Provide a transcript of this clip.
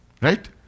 Right